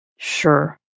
Sure